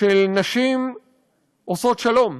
של "נשים עושות שלום",